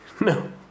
No